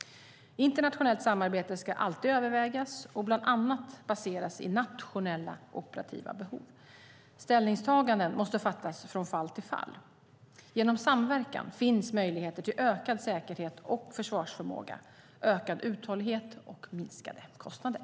Internationellt samarbete ska alltid övervägas och bland annat baseras på nationella operativa behov. Ställningstaganden måste fattas från fall till fall. Genom samverkan finns möjligheter till ökad säkerhet och försvarsförmåga, ökad uthållighet och minskade kostnader.